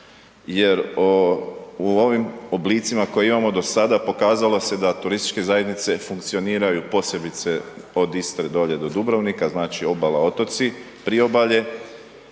Jer u ovim oblicima koje imamo do sada pokazalo se da turističke zajednice funkcioniraju, posebice od Istre dolje do Dubrovnika, znači, obala, otoci, priobalje,